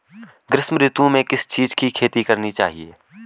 ग्रीष्म ऋतु में किस चीज़ की खेती करनी चाहिये?